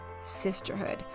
Sisterhood